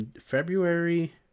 february